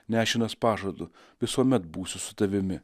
nešinas pažadu visuomet būsiu su tavimi